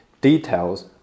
details